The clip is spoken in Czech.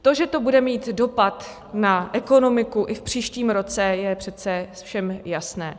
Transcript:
To, že to bude mít dopad na ekonomiku i v příštím roce, je přece všem jasné.